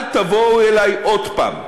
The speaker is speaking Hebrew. אל תבואו אלי עוד הפעם.